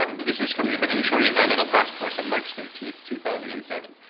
um this is from the haudenosaunee environmental task force on march thirteenth, two thousand and seven.